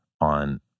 on